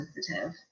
sensitive